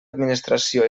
administració